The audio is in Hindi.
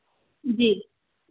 जी